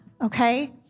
okay